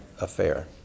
affair